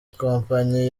kompanyi